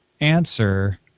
answer